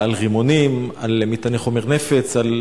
על רימונים ועל מטעני חומר נפץ ועל